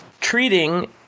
treating